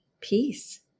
peace